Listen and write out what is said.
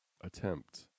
attempt